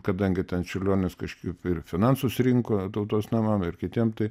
kadangi ten čiurlionis kažkaip ir finansus rinko tautos namam ir kitiem tai